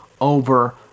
over